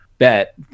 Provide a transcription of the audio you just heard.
bet